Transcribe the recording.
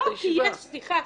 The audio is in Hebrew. סליחה.